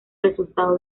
resultado